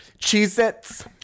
Cheez-Its